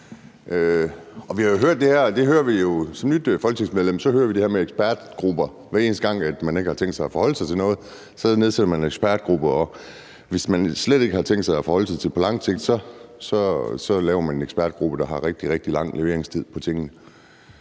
som nyt folketingsmedlem – hver eneste gang man ikke har tænkt sig at forholde sig til noget; så nedsætter man en ekspertgruppe. Og hvis man slet ikke har tænkt sig at forholde sig til det på lang sigt, nedsætter man en ekspertgruppe, der har rigtig, rigtig lang leveringstid på tingene.